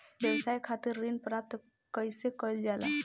व्यवसाय खातिर ऋण प्राप्त कइसे कइल जाला?